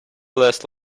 less